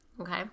Okay